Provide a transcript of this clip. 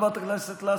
חברת הכנסת לסקי,